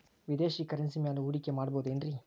ವಿದೇಶಿ ಕರೆನ್ಸಿ ಮ್ಯಾಲೆ ಹೂಡಿಕೆ ಮಾಡಬಹುದೇನ್ರಿ?